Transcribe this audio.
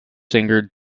singer